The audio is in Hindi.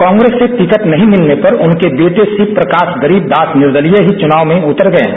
कांग्रेस से टिकट नहीं मिलने पर उनके बेटे शिवप्रकाश गरीब दास निर्दलीय ही चुनाव में उतर गये हैं